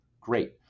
Great